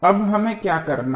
अब हमें क्या करना है